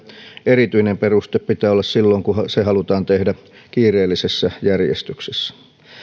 erityinen peruste pitää olla silloin kun se halutaan tehdä kiireellisessä järjestyksessä